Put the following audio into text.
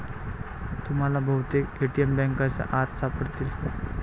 तुम्हाला बहुतेक ए.टी.एम बँकांच्या आत सापडतील